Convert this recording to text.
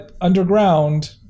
Underground